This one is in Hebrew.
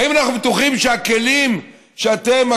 האם אנחנו בטוחים שהכלים שאתם,